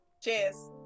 cheers